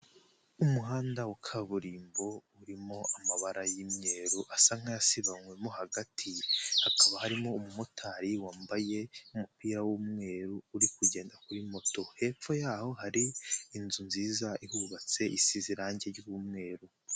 Umuhanda wa kaburimbo, urimo amabara y'imweru asa nk'ayasibamyemo hagati, hakaba harimo umumotari wambaye umupira w'umweru, uri kugenda kuri moto. Hepfo yaho hari inzu nziza ihubatse isize irangi ry'umweru.